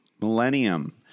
millennium